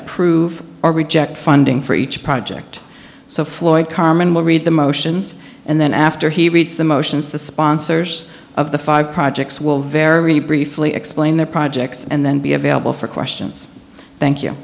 approve or reject funding for each project so floyd carman will read the motions and then after he reads the motions the sponsors of the five projects will very briefly explain their projects and then be available for questions thank you